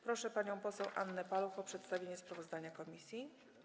Proszę panią poseł Annę Paluch o przedstawienie sprawozdania komisji.